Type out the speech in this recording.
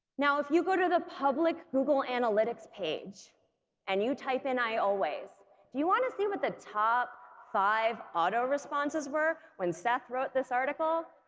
now if you go to the public google analytics page and you type in i always do you want to see what the top five auto responses were when seth wrote this article?